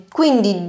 quindi